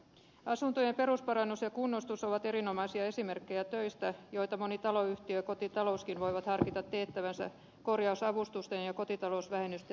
asuntojen perusparannus ja kunnostus ovat erinomaisia esimerkkejä töistä joita moni taloyhtiö ja kotitalouskin voi harkita teettävänsä korjausavustusten ja kotitalousvähennysten myötä